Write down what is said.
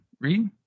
Read